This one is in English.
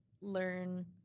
learn